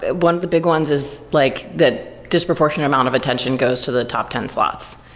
one of the big ones is like the disproportionate amount of attention goes to the top ten slots.